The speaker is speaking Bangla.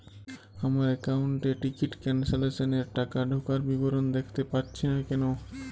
আমার একাউন্ট এ টিকিট ক্যান্সেলেশন এর টাকা ঢোকার বিবরণ দেখতে পাচ্ছি না কেন?